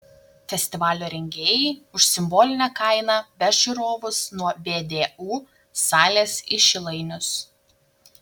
festivalio rengėjai už simbolinę kainą veš žiūrovus nuo vdu salės į šilainius